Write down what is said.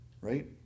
right